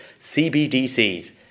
CBDCs